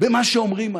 במה שאומרים עליו.